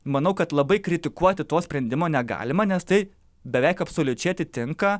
manau kad labai kritikuoti to sprendimo negalima nes tai beveik absoliučiai atitinka